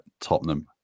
Tottenham